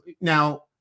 now